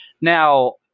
Now